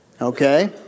Okay